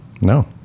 No